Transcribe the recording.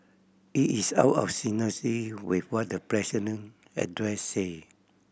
it is out of with what the president address said